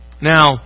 Now